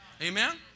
Amen